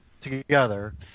together